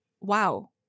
wow